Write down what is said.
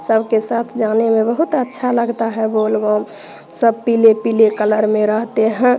सबके साथ जाने में बहुत अच्छा लगता है बोल बम सब पीले पीले कलर में रहते हैं